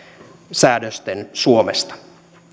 säädösten suomesta